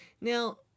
Now